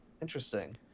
Interesting